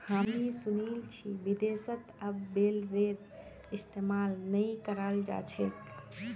हामी सुनील छि विदेशत अब बेलरेर इस्तमाल नइ कराल जा छेक